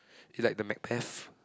is like the MacBeth